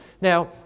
Now